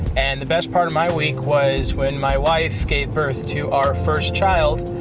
and the best part of my week was when my wife gave birth to our first child,